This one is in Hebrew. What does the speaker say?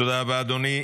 תודה רבה, אדוני.